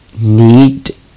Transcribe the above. Need